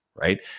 Right